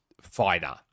fighter